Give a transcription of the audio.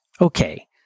Okay